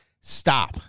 stop